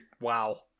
Wow